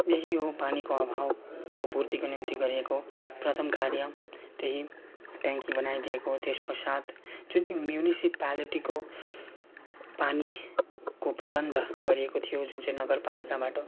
यही हो पानीको अभावको पूर्तिको निम्ति गरिएको प्रथम कार्य त्यही ट्याङ्की बनाइदिएको त्यसपश्चात जुन चाहिँ म्युनिसिपालिटीको पानीको प्रबन्ध गरिएको थियो जुन चाहिँ नगरपालिकाबाट